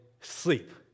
sleep